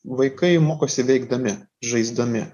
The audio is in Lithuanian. vaikai mokosi veikdami žaisdami